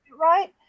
right